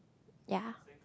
ya